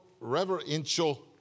reverential